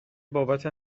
بابت